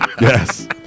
Yes